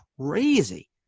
crazy